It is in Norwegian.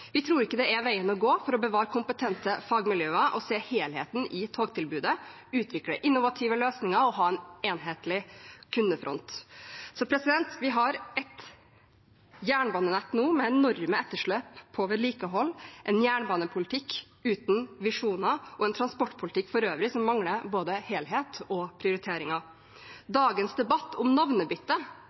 Vi tror ikke det er veien å gå for å bevare kompetente fagmiljøer og se helheten i togtilbudet, utvikle innovative løsninger og ha en enhetlig kundefront. Vi har nå et jernbanenett med enorme etterslep på vedlikehold, en jernbanepolitikk uten visjoner og en transportpolitikk for øvrig som mangler både helhet og prioriteringer. Dagens debatt om navnebytte